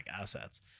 assets